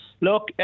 look